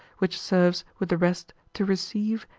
which serves with the rest to receive,